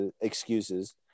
excuses